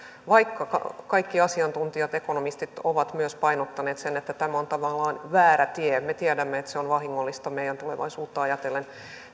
vaikka kaikki asiantuntijat ekonomistit ovat myös painottaneet sitä että tämä on tavallaan väärä tie ja me tiedämme että se on vahingollista meidän tulevaisuuttamme ajatellen